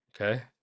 Okay